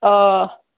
ꯑꯣ